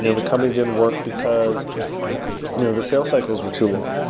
the the company didn't work because you know the sale cycles were too long.